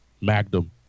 Magnum